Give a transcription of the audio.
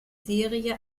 serie